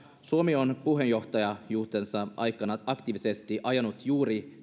suomi on puheenjohtajuutensa aikana aktiivisesti ajanut juuri